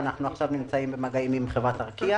ואנחנו נמצאים במגעים עם חברת ארקיע.